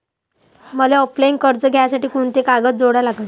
मले ऑफलाईन कर्ज घ्यासाठी कोंते कागद जोडा लागन?